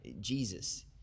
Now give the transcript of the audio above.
Jesus